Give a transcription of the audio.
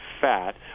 fat